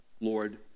Lord